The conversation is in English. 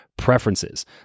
Preferences